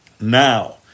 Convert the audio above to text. Now